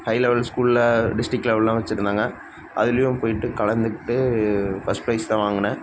high level ஸ்கூலில் district லெவலெல்லாம் வெச்சுருந்தாங்க அதுலேயும் போய்விட்டு கலந்துக்கிட்டு ஃபஸ்ட் ப்ரைஸ் தான் வாங்கினேன்